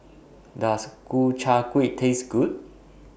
Does Ku Chai Kueh Taste Good